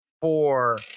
four